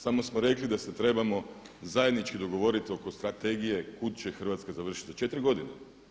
Samo smo rekli da se trebamo zajednički dogovoriti oko strategije kuda će Hrvatska završiti za četiri godine.